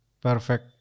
Perfect